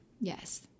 Yes